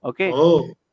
okay